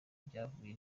byavuye